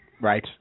Right